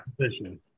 position